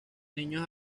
niños